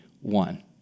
one